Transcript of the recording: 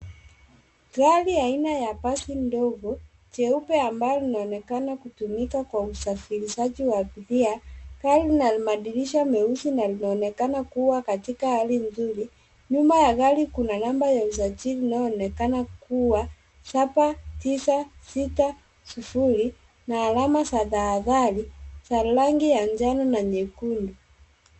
Gari ya aina ya basi ndogo, jeupe ambayo inaonekana kutumika kwa usafirishaji wa abiria. Gari lina madirisha meusi na linaonekana kua katika hali nzuri. Nyuma ya gari kuna namba ya usajili inayoonekana kua 7960 na alama za tahadhari za rangi ya njano na nyekundu.